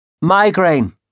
Migraine